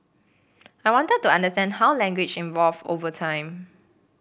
I wanted to understand how language evolved over time